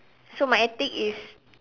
so my attic is